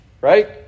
right